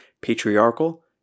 patriarchal